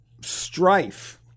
strife